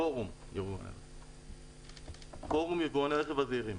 פורום ארגוני הרכב הזעירים.